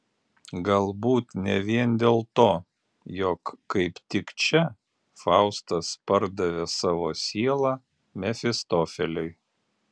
galbūt ne vien dėl to jog kaip tik čia faustas pardavė savo sielą mefistofeliui